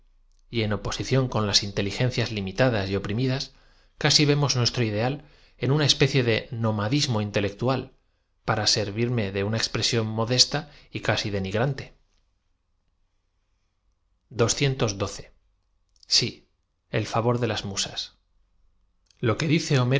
y en oposición con las inteligencias limitadas y oprimidas casi vemos nuestro ideal en una especie de nomadismo intelectual para servirm e de una ex presión modeata y casi denigrante if el fa vor de las musas l o que dice